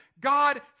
God